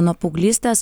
nuo paauglystės